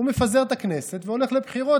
הוא מפזר את הכנסת והולך לבחירות,